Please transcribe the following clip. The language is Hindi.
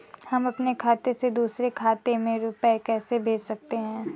हम अपने खाते से दूसरे के खाते में रुपये कैसे भेज सकते हैं?